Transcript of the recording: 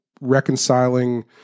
reconciling